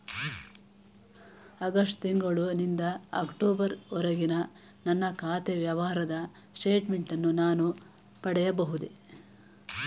August ತಿಂಗಳು ನಿಂದ October ವರೆಗಿನ ನನ್ನ ಖಾತೆ ವ್ಯವಹಾರದ ಸ್ಟೇಟ್ಮೆಂಟನ್ನು ನಾನು ಪಡೆಯಬಹುದೇ?